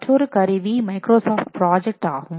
மற்றொரு கருவி Microsoft Project ஆகும்